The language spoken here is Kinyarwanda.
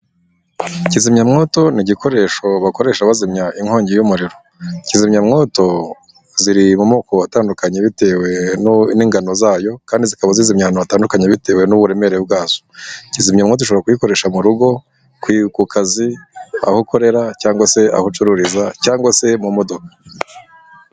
Kizimyamwoto ni igikoresho bakoresha bazimya inkongi y'umuriro. Kizimyamwoto ziri mu moko atandukanye bitewe n'ingano zayo kandi zikaba zizimya ahantu hatandukanye bitewe n'uburemere bwazo. Kizimyamwoto ushobora kuyikoresha mu rugo, ku kazi, aho ukorera cyangwa se aho ucururiza cyangwa se mu modoka.